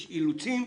יש אילוצים,